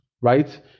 right